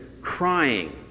crying